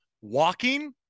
walking